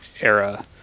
era